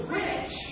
rich